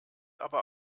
aber